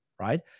right